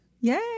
Yay